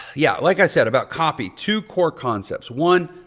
yeah, like i said about copy. two core concepts one,